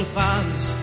fathers